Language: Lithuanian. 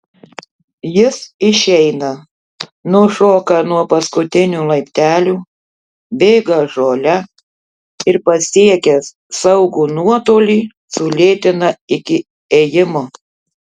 jis išeina nušoka nuo paskutinių laiptelių bėga žole ir pasiekęs saugų nuotolį sulėtina iki ėjimo